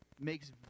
makes